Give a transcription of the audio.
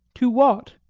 to what?